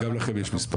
אז גם לכם יש מספר?